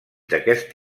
d’aquest